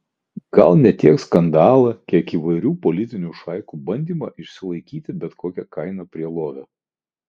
gal ne tiek skandalą kiek įvairių politinių šaikų bandymą išsilaikyti bet kokia kaina prie lovio